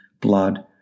blood